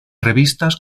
revistas